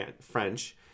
French